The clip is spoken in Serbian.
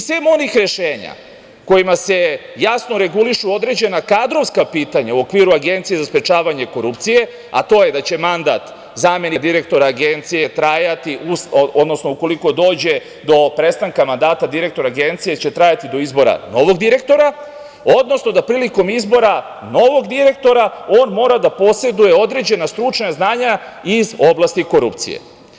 Sem onih rešenja kojima se jasno regulišu određena kadrovska pitanja u okviru Agencije za sprečavanje korupcije, a to je da će mandat zamenika direktora Agencije trajati, odnosno ukoliko dođe do prestanka mandata direktora Agencije, do izbora novog direktora, odnosno da prilikom izbora novog direktora on mora da poseduje određena stručna znanja iz oblasti korupcije.